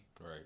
right